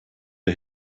der